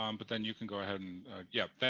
um but then you can go ahead and yeah,